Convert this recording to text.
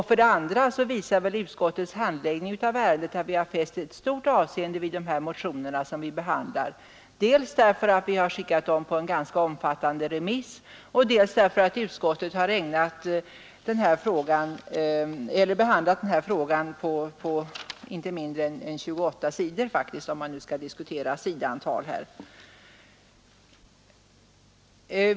För det andra visar väl utskottets handläggning av ärendet att vi har fäst stort avseende vid de motioner vi behandlat, dels därigenom att vi har skickat ut motionerna på en ganska omfattande remiss, dels därför att utskottet har behandlat ärendet på inte mindre än 28 sidor — om vi nu skall diskutera antalet trycksidor i sådana här sammanhang.